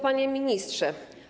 Panie Ministrze!